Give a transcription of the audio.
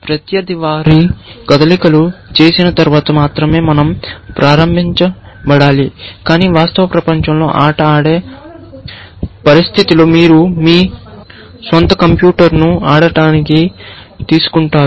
ప్రత్యర్థి వారి కదలికలు చేసిన తర్వాత మాత్రమే మనం ప్రారంభించబడాలి కానీ వాస్తవ ప్రపంచ ఆట ఆడే పరిస్థితిలో మీరు మీ స్వంత కంప్యూటర్ను ఆడటానికి తీసుకుంటారు